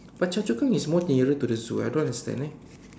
but Choa-Chu-Kang is more nearer to the zoo I don't understand eh